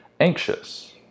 anxious